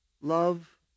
Love